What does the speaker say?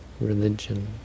religion